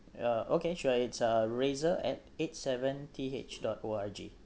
uh okay sure it's uh razor at eight seven T H dot O R G